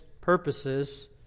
purposes